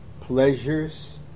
pleasures